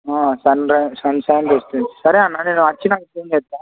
sun రై sunshine residence సరే అం నేను వచ్చిన నా